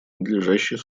надлежащей